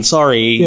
Sorry